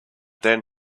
then